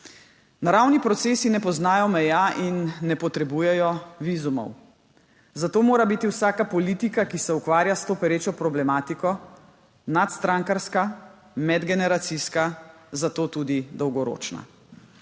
Naravni procesi ne poznajo meja in ne potrebujejo vizumov, zato mora biti vsaka politika, ki se ukvarja s to perečo problematiko, nadstrankarska, medgeneracijska, zato tudi dolgoročna.